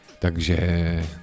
Takže